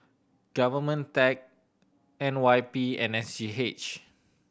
Government tech N Y P and S G H